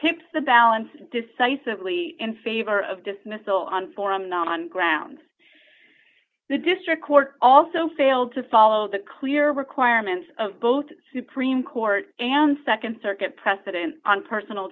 tips the balance decisively in favor of dismissal on forum not on grounds the district court also failed to follow the clear requirements of both supreme court and nd circuit precedent on personal